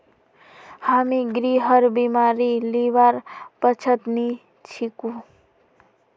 हामी गृहर बीमा लीबार पक्षत नी छिकु